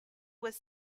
was